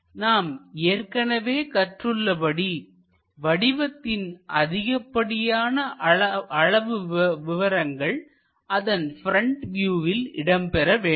நாம் ஏற்கனவே கற்றுள்ளபடி வடிவத்தின் அதிகப்படியான அளவு விவரங்கள் அதன் ப்ரெண்ட் வியூவில் இடம்பெற வேண்டும்